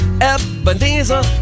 Ebenezer